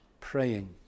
praying